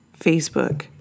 Facebook